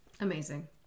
Amazing